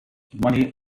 money